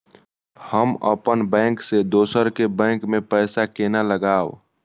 हम अपन बैंक से दोसर के बैंक में पैसा केना लगाव?